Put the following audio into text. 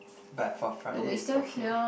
but for Friday it's okay